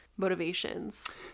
motivations